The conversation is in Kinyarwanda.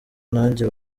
nanjye